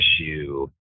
issue